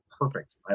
perfect